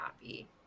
happy